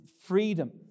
freedom